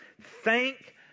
Thank